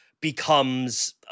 becomes